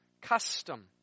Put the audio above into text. custom